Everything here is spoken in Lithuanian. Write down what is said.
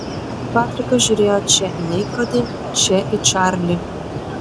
patrikas žiūrėjo čia į laikrodį čia į čarlį